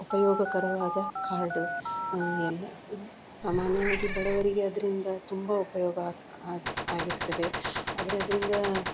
ಉಪಯೋಗಕಾರವಾದ ಕಾರ್ಡ್ ಎಲ್ಲ ಸಾಮಾನ್ಯವಾಗಿ ಬಡವರಿಗೆ ಅದರಿಂದ ತುಂಬ ಉಪಯೋಗ ಆಗಿರ್ತದೆ ಆದರೆ ಅದರಿಂದ